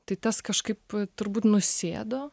tai tas kažkaip turbūt nusėdo